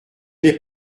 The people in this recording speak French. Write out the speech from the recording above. n’est